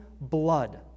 blood